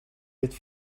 het